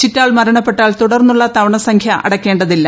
ചിറ്റാൾ മരണപ്പെട്ടാൽ തുടർന്നുള്ള തവണസംഖ്യ അടയ്ക്കേ തില്ല